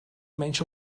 menys